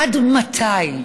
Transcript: עד מתי?